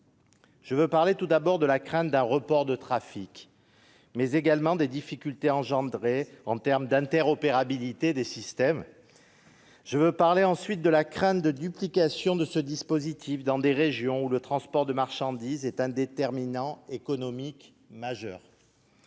Je veux tout d'abord parler de la crainte d'un report de trafic, ainsi que des difficultés créées en termes d'interopérabilité des systèmes. Je veux ensuite parler de la crainte de duplication d'un tel dispositif dans des régions où le transport de marchandises est un déterminant économique majeur.